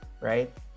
right